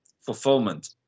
fulfillment